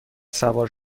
سوار